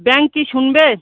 bank কি শুনবে